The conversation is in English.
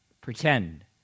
Pretend